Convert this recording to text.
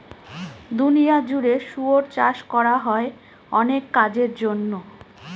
দুনিয়া জুড়ে শুয়োর চাষ করা হয় অনেক কাজের জন্য